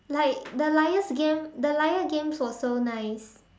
like the liar's game the Liar Game was so nice